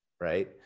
right